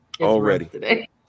already